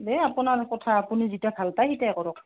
দেই আপোনাৰ কথা আপুনি যেতিয়া ভাল পায় সেইটোৱে কৰক